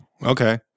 Okay